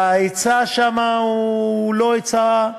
ההיצע שם הוא לא זול,